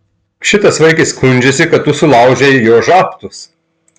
šitas vaikis skundžiasi kad tu sulaužei jo žabtus